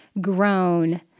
grown